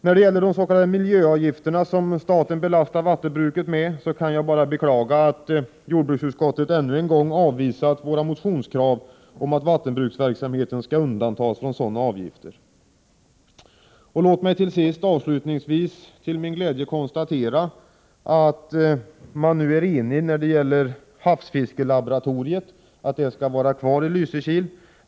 När det gäller de s.k. miljöavgifterna som staten belastar vattenbruket — Nr 141 med kan jag bara beklaga att jordbruksutskottet ännu en gång avvisat våra Torsdagen den motionskrav om att vattenbruksverksamheten skall undantas från sådana 9 maj 1985 avgifter. Låt mig avslutningsvis till min glädje konstatera att man nu är enig om att havsfiskelaboratoriet skall vara kvar i Lysekil.